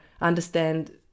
understand